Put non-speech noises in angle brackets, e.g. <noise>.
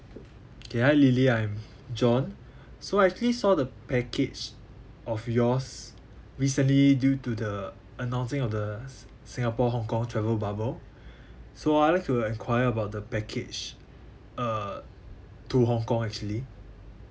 okay hi lily I'm <breath> john <breath> so I actually saw the package of yours recently due to the announcing of the s~ singapore hong kong travel bubble <breath> so I'll like to enquire about the package uh to hong kong actually